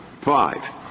Five